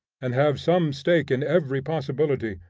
and have some stake in every possibility,